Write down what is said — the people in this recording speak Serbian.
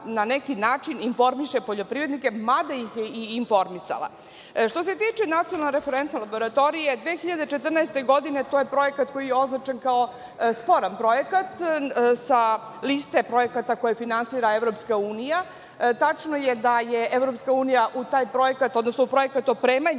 na neki način, informiše poljoprivrednike, mada ih je i informisala. Što se tiče Nacionalne referentne laboratorije, 2014. godine, to je projekat koji je označen kao sporan projekat sa liste projekata koje finansira EU. Tačno je da je EU u taj projekat, odnosno u projekat opremanja